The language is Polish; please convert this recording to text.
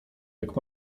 jak